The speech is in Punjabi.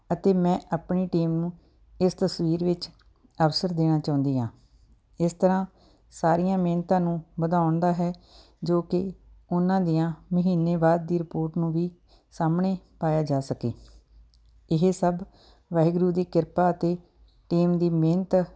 ਅਤੇ ਮੈਂ ਆਪਣੀ ਟੀਮ ਨੂੰ ਇਸ ਤਸਵੀਰ ਵਿੱਚ ਅਵਸਰ ਦੇਣਾ ਚਾਹੁੰਦੀ ਹਾਂ ਇਸ ਤਰ੍ਹਾਂ ਸਾਰੀਆਂ ਮਿਹਨਤਾਂ ਨੂੰ ਵਧਾਉਣ ਦਾ ਹੈ ਜੋ ਕਿ ਉਹਨਾਂ ਦੀਆਂ ਮਹੀਨੇ ਬਾਅਦ ਦੀ ਰਿਪੋਰਟ ਨੂੰ ਵੀ ਸਾਹਮਣੇ ਪਾਇਆ ਜਾ ਸਕੇ ਇਹ ਸਭ ਵਾਹਿਗੁਰੂ ਦੀ ਕਿਰਪਾ ਅਤੇ ਟੀਮ ਦੀ ਮਿਹਨਤ